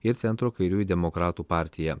ir centro kairiųjų demokratų partija